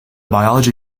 biology